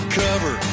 cover